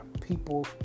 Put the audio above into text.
people